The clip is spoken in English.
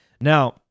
Now